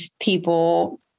people